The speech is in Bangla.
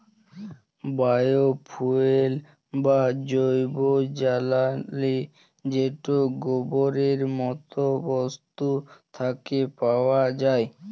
বায়ো ফুয়েল বা জৈব জ্বালালী যেট গোবরের মত বস্তু থ্যাকে পাউয়া যায়